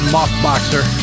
Mothboxer